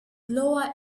lower